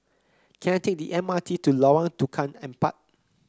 can I take the M R T to Lorong Tukang Empat